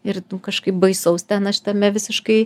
ir nu kažkaip baisaus ten aš tame visiškai